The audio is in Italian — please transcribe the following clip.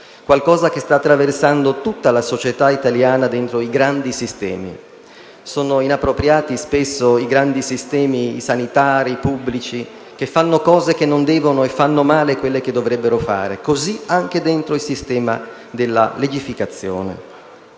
che sta attraversando tutta la società italiana, dentro i suoi grandi sistemi. Sono inappropriati spesso i grandi sistemi sanitari pubblici, che compiono azioni che non devono e fanno male quelle che devono compiere. E così è anche dentro il sistema della legificazione.